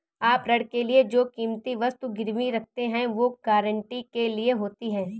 आप ऋण के लिए जो कीमती वस्तु गिरवी रखते हैं, वो गारंटी के लिए होती है